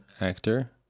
actor